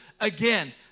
again